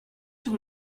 sur